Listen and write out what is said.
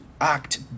act